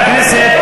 חברי הכנסת.